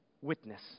witness